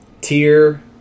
tier